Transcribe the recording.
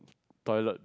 toilet